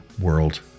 world